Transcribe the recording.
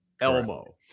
elmo